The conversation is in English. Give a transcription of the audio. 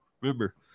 remember